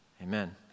Amen